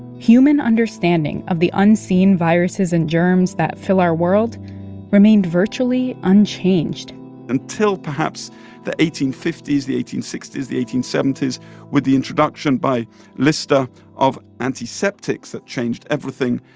human understanding of the unseen viruses and germs that fill our world remained virtually unchanged until perhaps the eighteen fifty s, the eighteen sixty s, the eighteen seventy s with the introduction by lister of antiseptics that changed everything.